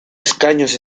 escaños